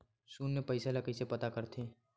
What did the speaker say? शून्य पईसा ला कइसे पता करथे?